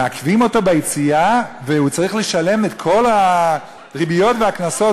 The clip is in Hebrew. מעכבים אותו ביציאה והוא צריך לשלם את כל הריביות והקנסות